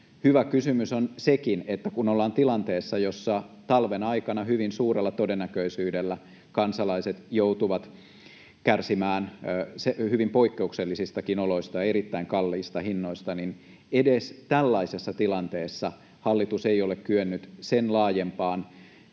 Hyvä kysymys on sekin, että kun ollaan tilanteessa, jossa talven aikana hyvin suurella todennäköisyydellä kansalaiset joutuvat kärsimään hyvin poikkeuksellisistakin oloista ja erittäin kalliista hinnoista, niin edes tällaisessa tilanteessa hallitus ei ole kyennyt sen laajempaan